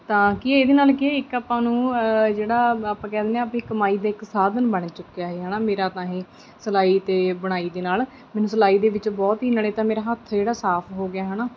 ਤਾਂ ਕੀ ਇਹਦੇ ਨਾਲ ਕੀ ਇੱਕ ਆਪਾਂ ਨੂੰ ਜਿਹੜਾ ਆਪਾਂ ਕਹਿ ਦਿੰਦੇ ਹਾਂ ਵੀ ਕਮਾਈ ਦੇ ਇਕ ਸਾਧਨ ਬਣ ਚੁੱਕਿਆ ਇਹ ਹੈ ਨਾ ਮੇਰਾ ਤਾਂ ਇਹ ਸਿਲਾਈ ਅਤੇ ਬੁਣਾਈ ਦੇ ਨਾਲ ਮੈਨੂੰ ਸਿਲਾਈ ਦੇ ਵਿੱਚ ਬਹੁਤ ਹੀ ਨਾਲੇ ਤਾਂ ਮੇਰਾ ਹੱਥ ਜਿਹੜਾ ਸਾਫ਼ ਹੋ ਗਿਆ ਹੈ ਨਾ